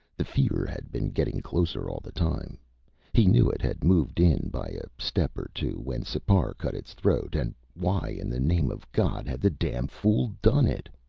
the fear had been getting closer all the time he knew it had moved in by a step or two when sipar cut its throat, and why in the name of god had the damn fool done it?